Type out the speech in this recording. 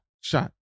Shot